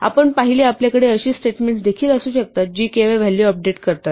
आपण पाहिले आपल्याकडे अशी स्टेटमेंट्स देखील असू शकतात जी केवळ व्हॅल्यू अपडेट करतात